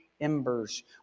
embers